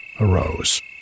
arose